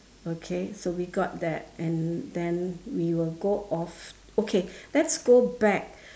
okay so we got that and then we will go off okay let's go back